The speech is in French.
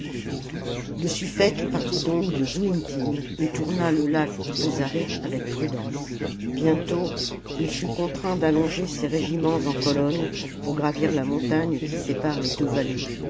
le suffete partit donc de zouitin et tourna le lac dhippo zaryte avec prudence bientôt il fut contraint d'allonger ses régiments en colonne pour gravir la montagne qui sépare les deux vallées